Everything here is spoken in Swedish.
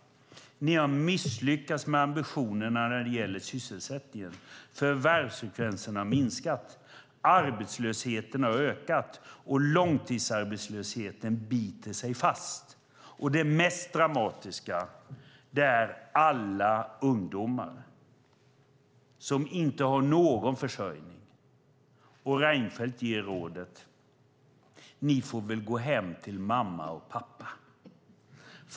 Ni har misslyckats med ambitionerna när det gäller sysselsättningen. Förvärvsfrekvensen har minskat, arbetslösheten har ökat och långtidsarbetslösheten biter sig fast. Det mest dramatiska är alla ungdomar som inte har någon försörjning. Reinfeldt ger rådet: Ni får väl gå hem till mamma och pappa.